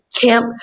camp